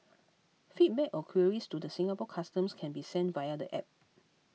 feedback or queries to the Singapore Customs can be sent via the App